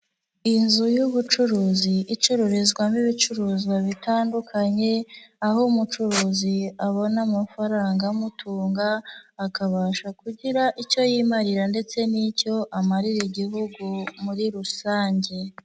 Inzu y'ubucuruzi icururizwamo ibicuruzwa bitandukanye, aho umucuruzi abona amafaranga amutunga, akabasha kugira icyo yimarira ndetse n'icyo amarira igihugu muri rusange.